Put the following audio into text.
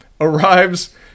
arrives